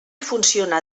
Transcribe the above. funcionà